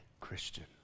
Christian